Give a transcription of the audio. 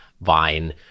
vine